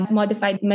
modified